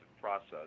process